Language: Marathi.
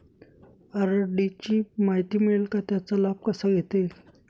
आर.डी ची माहिती मिळेल का, त्याचा लाभ कसा घेता येईल?